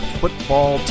football